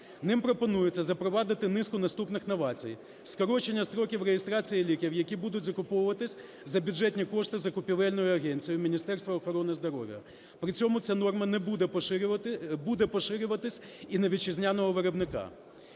Ним пропонується запровадити низку наступних новацій: скорочення строків реєстрації ліків, які будуть закуповуватись за бюджетні кошти, закупівельною агенцією Міністерства охорони здоров'я, при цьому ця норма буде поширюватись і на вітчизняного виробника.